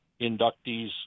inductees